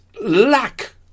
lack